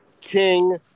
king